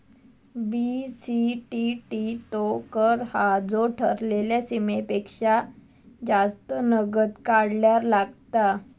BCTT तो कर हा जो ठरलेल्या सीमेपेक्षा जास्त नगद काढल्यार लागता